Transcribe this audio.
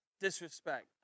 Disrespect